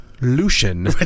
Lucian